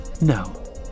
No